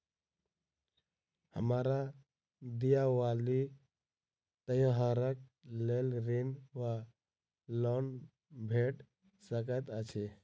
हमरा दिपावली त्योहारक लेल ऋण वा लोन भेट सकैत अछि?